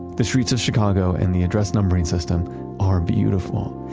the streets of chicago and the address numbering system are beautiful,